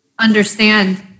understand